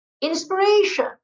inspiration